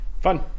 Fun